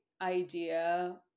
idea